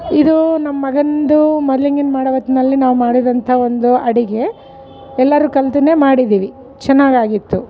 ಇದು ನಮ್ಮ ಮಗಂದು ಮೊದ್ಲಿಂಗನ ಮಾಡೋಹೊತ್ನಲ್ಲಿ ನಾವು ಮಾಡಿದಂಥ ಒಂದು ಅಡಿಗೆ ಎಲ್ಲರು ಕಲ್ತನೆ ಮಾಡಿದೀವಿ ಚೆನ್ನಾಗಾಗಿತ್ತು